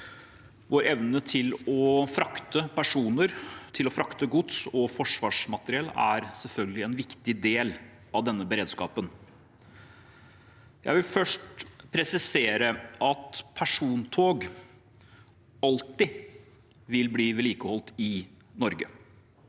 Vår evne til å frakte personer, gods og forsvarsmateriell er selvfølgelig en viktig del av denne beredskapen. Jeg vil først presisere at persontog alltid vil bli vedlikeholdt i Norge.